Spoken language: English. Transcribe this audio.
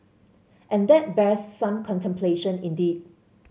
and that bears some contemplation indeed